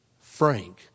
Frank